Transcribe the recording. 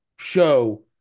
Show